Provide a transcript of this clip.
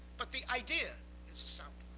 but the idea is a sound